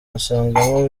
basangamo